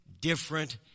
different